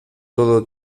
todo